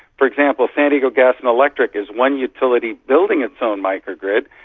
for example, san diego gas and electric is one utility building its own micro-grid,